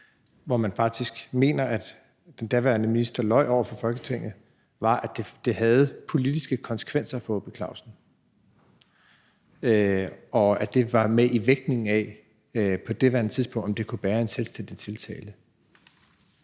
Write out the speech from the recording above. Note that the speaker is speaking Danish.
hvor man faktisk mener at den daværende minister løj over for folketinget – var, at det havde politiske konsekvenser for H. P. Clausen, og at det var med i vægtningen af, på daværende tidspunkt, om det kunne bære en selvstændig tiltale.